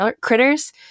critters